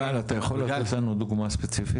גל, אתה יכול לתת לנו דוגמה ספציפית?